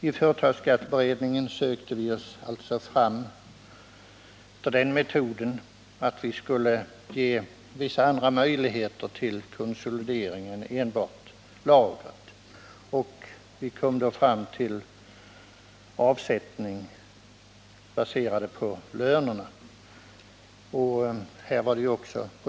I företagsskatteberedningen försökte vi skapa vissa andra möjligheter till konsolidering än enbart lagernedskrivning. Vi kom då fram till avsättningar baserade på lönerna.